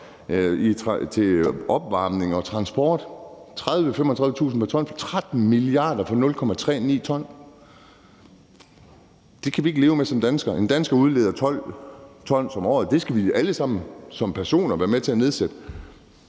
kr. pr. ton for 13 mia. kr., og det er for 0,39 t. Det kan vi ikke leve med som danskere. En dansker udleder 12 t som året, og det skal vi alle sammen som personer være med til at nedsætte.